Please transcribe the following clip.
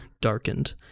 darkened